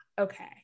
Okay